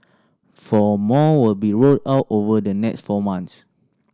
four more will be rolled out over the next four months